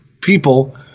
people